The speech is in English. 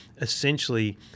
essentially